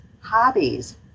hobbies